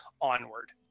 onward